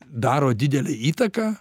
daro didelę įtaką